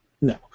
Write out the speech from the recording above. No